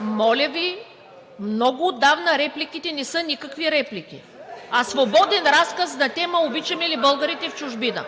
Моля Ви, много отдавна репликите не са никакви реплики, а свободен разказ на тема: „Обичаме ли българите в чужбина?“